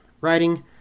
Writing